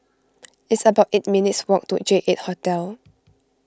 it's about eight minutes' walk to J eight Hotel